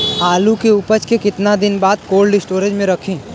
आलू के उपज के कितना दिन बाद कोल्ड स्टोरेज मे रखी?